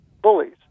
bullies